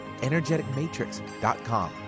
energeticmatrix.com